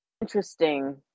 interesting